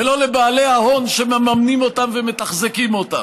ולא לבעלי ההון שמממנים אותן ומתחזקים אותן,